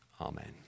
Amen